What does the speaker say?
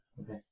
Okay